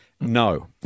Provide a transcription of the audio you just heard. No